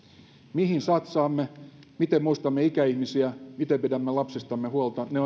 mihin satsaamme miten muistamme ikäihmisiä miten pidämme lapsistamme huolta myös ne